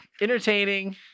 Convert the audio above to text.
entertaining